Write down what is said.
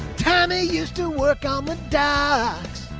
tommy used to work on with docks